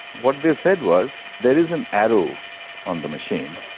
what they said was there is an arrow on the machine,